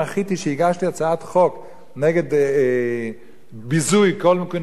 הגשתי הצעת חוק נגד ביזוי כל מיני אוכלוסיות,